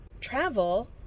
travel